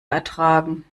ertragen